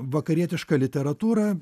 vakarietišką literatūrą